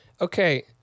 Okay